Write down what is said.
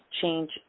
change